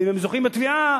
ואם הם זוכים בתביעה,